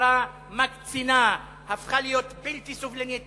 חברה מקצינה, שהפכה להיות בלתי סובלנית.